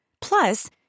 Plus